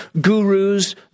gurus